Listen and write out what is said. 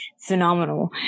phenomenal